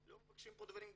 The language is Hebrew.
לא מבקשים דברים גדולים.